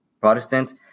Protestants